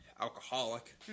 alcoholic